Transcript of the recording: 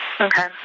Okay